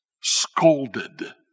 scolded